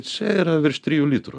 čia yra virš trijų litrų